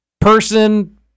person